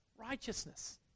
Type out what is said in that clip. righteousness